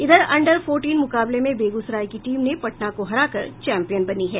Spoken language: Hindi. इधर अंडर फोरटीन मुकाबले में बेगूसराय की टीम ने पटना को हराकर चैंपियन बनी है